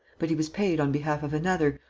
but he was paid on behalf of another,